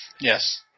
Yes